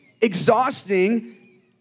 exhausting